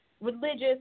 religious